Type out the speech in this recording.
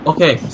Okay